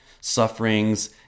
sufferings